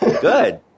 Good